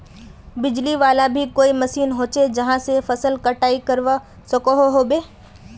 बिजली वाला भी कोई मशीन होचे जहा से फसल कटाई करवा सकोहो होबे?